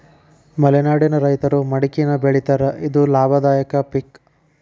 ಮಲೆನಾಡಿನ ರೈತರು ಮಡಕಿನಾ ಬೆಳಿತಾರ ಇದು ಲಾಭದಾಯಕ ಪಿಕ್